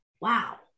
wow